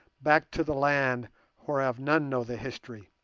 back to the land whereof none know the history,